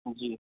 जी